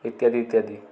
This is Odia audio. ଇତ୍ୟାଦି ଇତ୍ୟାଦି